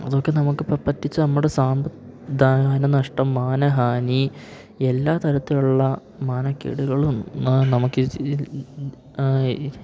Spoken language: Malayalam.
അതൊക്കെ നമുക്കിപ്പം പറ്റിച്ച നമ്മുടെ സമ്പത്ത് ധാന നഷ്ടം മാനഹാനി എല്ലാ തരത്തിലുള്ള മാനക്കേടുകളും നമുക്ക്